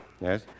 Yes